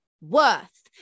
worth